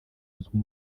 uzwi